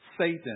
Satan